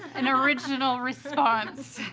an original response.